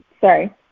Sorry